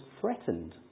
threatened